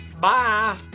Bye